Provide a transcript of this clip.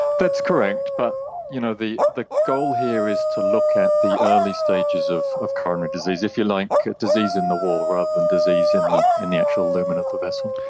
that's correct, but you know the the goal here is to look at the early stages of of coronary disease, if you like disease in the wall rather than disease in the in the actual lumen of the vessel.